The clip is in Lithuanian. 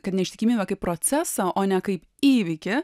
kad neištikimybę kaip procesą o ne kaip įvykį